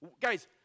Guys